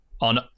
on